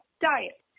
diet